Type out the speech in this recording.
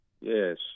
yes